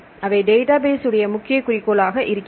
அவை டேட்டாபேஸ் உடைய முக்கிய குறிக்கோள் ஆக இருக்கிறது